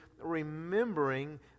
remembering